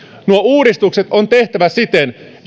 nuo uudistukset on tehtävä siten